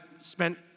spent